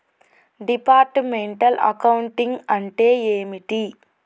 Departmental accounting అంటే ఏమిటి?